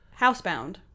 Housebound